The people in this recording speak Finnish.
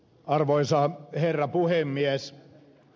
arvoisa herra puhemies